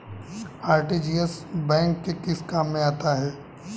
RTGS bank के किस काम में आता है?